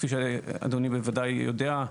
כפי שאדוני בוודאי יודע,